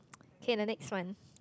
okay the next one